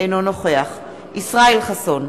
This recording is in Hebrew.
אינו נוכח ישראל חסון,